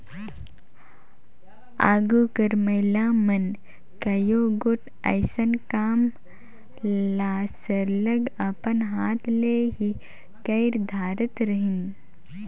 आघु कर महिला मन कइयो गोट अइसन काम मन ल सरलग अपन हाथ ले ही कइर धारत रहिन